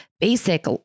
basic